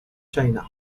china